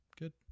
Good